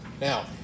Now